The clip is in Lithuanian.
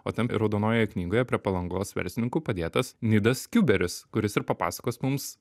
o ten raudonojoje knygoje prie palangos verslininkų padėtas nidas kiuberis kuris ir papasakos mums